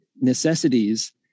necessities